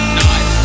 night